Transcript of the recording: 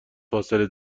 فاصله